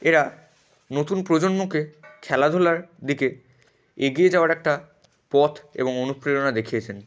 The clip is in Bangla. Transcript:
এরা নতুন প্রজন্মকে খেলাধুলার দিকে এগিয়ে যাওয়ার একটা পথ এবং অনুপ্রেরণা দেখিয়েছেন